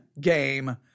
Game